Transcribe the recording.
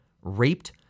raped